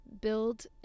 build